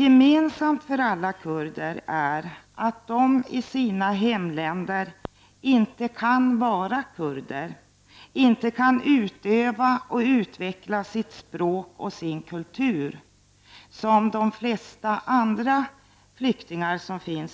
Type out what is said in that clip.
Gemensamt för alla kurder är att de i sina hemländer inte kan vara kurder och inte kan utöva och utveckla språk och kultur som de flesta andra flyktingar